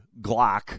Glock